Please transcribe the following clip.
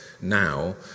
now